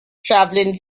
travelling